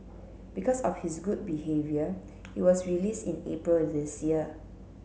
because of his good behaviour he was release in April this year